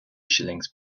shillings